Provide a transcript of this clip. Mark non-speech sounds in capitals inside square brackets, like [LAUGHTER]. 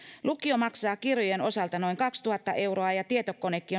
lukio maksaa kirjojen osalta noin kaksituhatta euroa ja ja tietokonekin [UNINTELLIGIBLE]